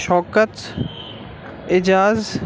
شوکت اعجاز